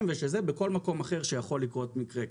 בכל מקום אחר שיכול לקרות מקרה כזה.